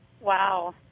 Wow